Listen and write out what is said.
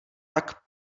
tak